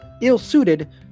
ill-suited